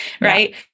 right